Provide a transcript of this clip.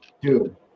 dude